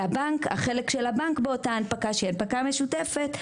והחלק של הבנק באותה הנפקה שהיא הנפקה משותפת,